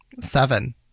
Seven